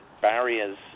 Barriers